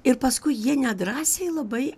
ir paskui jie nedrąsiai labai